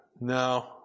No